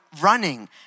running